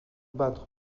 battre